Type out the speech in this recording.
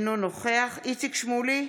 אינו נוכח איציק שמולי,